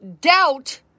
Doubt